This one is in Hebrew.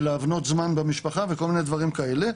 ולהבנות זמן במשפחה וכל מיני דברים כאלה,